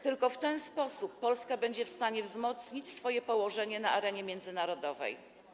Tylko w ten sposób Polska będzie w stanie wzmocnić swoją pozycję na arenie międzynarodowej.